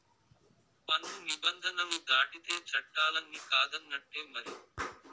పన్ను నిబంధనలు దాటితే చట్టాలన్ని కాదన్నట్టే మరి